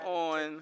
on